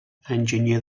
enginyer